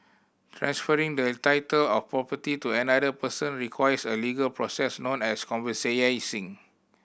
transferring the title of property to another person requires a legal process known as